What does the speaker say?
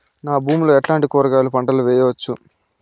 నా భూమి లో ఎట్లాంటి కూరగాయల పంటలు వేయవచ్చు?